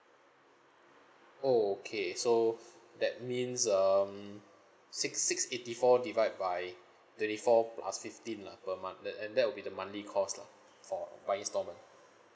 oh okay so that means um six six eighty four divide by twenty four plus fifteen lah per month that and that will be the monthly cost lah for by instalment